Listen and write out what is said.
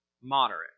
moderate